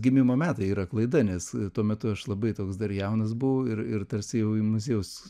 gimimo metai yra klaida nes tuo metu aš labai toks dar jaunas buvau ir ir tarsi jau į muziejaus